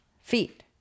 Feet